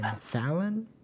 Fallon